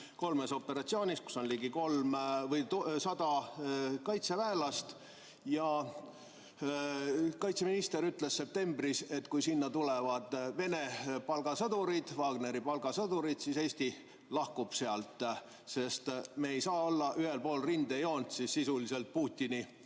kolmes operatsioonis, kus on ligi 300 kaitseväelast. Kaitseminister ütles septembris, et kui sinna tulevad Vene palgasõdurid, Wagneri palgasõdurid, siis Eesti lahkub sealt, sest me ei saa olla ühel pool rindejoont sisuliselt Putini